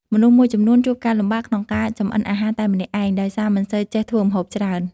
មនុស្សមួយចំនួនជួបការលំបាកក្នុងការចម្អិនអាហារតែម្នាក់ឯង ដោយសារមិនសូវចេះធ្វើម្ហូបច្រើន។